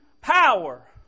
power